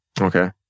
Okay